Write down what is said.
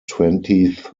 twentieth